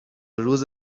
روز